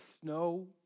snow